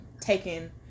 taken